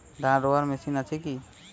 ধান রোয়ার মেশিন আছে কি?